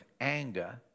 anger